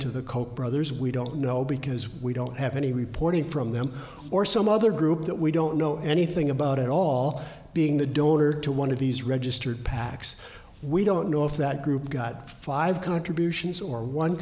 koch brothers we don't know because we don't have any reporting from them or some other group that we don't know anything about at all being the donor to one of these registered pacs we don't know if that group got five contributions or one